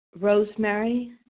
Rosemary